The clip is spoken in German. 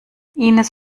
ines